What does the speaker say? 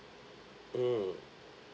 mm